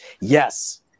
Yes